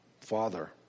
Father